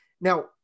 Now